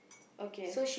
okay